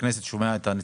שומע את חברי הכנסת,